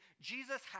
Jesus